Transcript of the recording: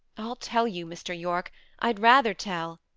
i'll tell you, mr. yorke i'd rather tell,